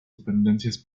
dependencias